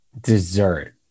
dessert